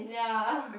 ya